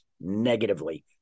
negatively